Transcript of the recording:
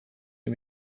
you